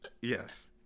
Yes